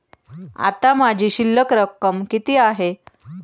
आता माझी शिल्लक रक्कम किती आहे?